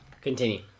Continue